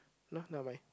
no not mine